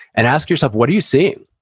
and ask yourself, what do you see?